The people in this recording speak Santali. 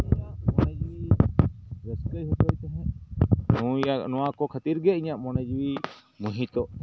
ᱱᱩᱭᱟᱜ ᱢᱚᱱᱮ ᱡᱤᱣᱤ ᱨᱟᱹᱥᱠᱟᱹᱭ ᱦᱚᱪᱚᱭ ᱛᱟᱦᱮᱫ ᱱᱩᱭᱟᱜ ᱱᱚᱣᱟ ᱠᱚ ᱠᱷᱟᱛᱤᱨ ᱜᱮ ᱤᱧᱟᱜ ᱢᱚᱱᱮ ᱡᱤᱣᱤ ᱢᱩᱦᱤᱛᱚᱜ